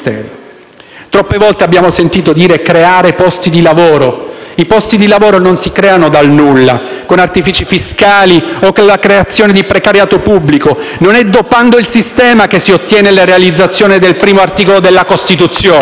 Troppe volte abbiamo sentito dire: creare posti di lavoro. I posti di lavoro non si creano dal nulla con artifici fiscali o con la creazione di precariato pubblico. Non è dopando il sistema che si ottiene la realizzazione del primo articolo della Costituzione.